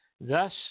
Thus